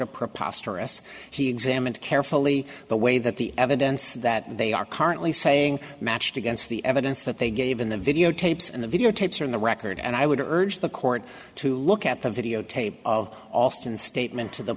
of preposterous he examined carefully the way that the evidence that they are currently saying matched against the evidence that they gave in the videotapes and the videotapes are in the record and i would urge the court to look at the videotape of alston statement to the